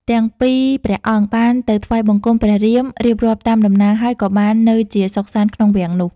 ទាំងពីរព្រះអង្គ បានទៅថ្វាយបង្គំព្រះរៀម រៀបរាប់តាម ដំណើរហើយ ក៏បាននៅជាសុខសាន្តក្នុងវាំងនោះ។